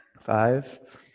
Five